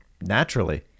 Naturally